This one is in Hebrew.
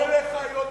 אלה חיות מחמד,